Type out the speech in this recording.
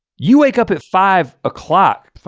you wake up at five o'clock.